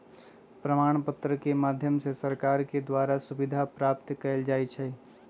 प्रमाण पत्र के माध्यम से सरकार के द्वारा सुविधा प्राप्त कइल जा हई